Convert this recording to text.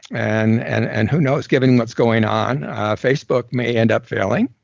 and and and who knows given what's going on facebook may end up failing,